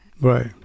right